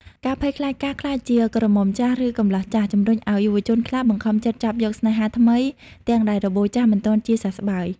ការភ័យខ្លាចការក្លាយជា "ក្រមុំចាស់" ឬ "កំលោះចាស់" ជំរុញឱ្យយុវជនខ្លះបង្ខំចិត្តចាប់យកស្នេហាថ្មីទាំងដែលរបួសចាស់មិនទាន់ជាសះស្បើយ។